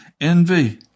Envy